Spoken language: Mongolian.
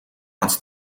онц